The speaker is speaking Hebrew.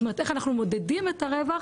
זאת אומרת איך אנחנו מודדים את הרווח?